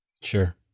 Sure